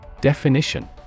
Definition